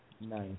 Nice